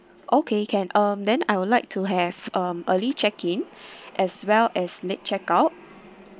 okay can um then I would like to have um early check in as well as late check out